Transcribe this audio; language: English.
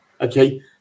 okay